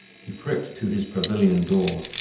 he pricked to his pavilion door,